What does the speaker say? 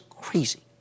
crazy